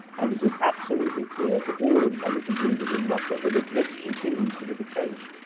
and it is absolutely clear to all intelligent leaders in russia that if this continues to be the case,